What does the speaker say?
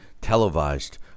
televised